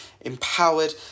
empowered